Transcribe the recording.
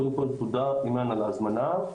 קודם כל תודה אימאן על ההזמנה,